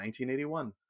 1981